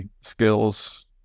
skills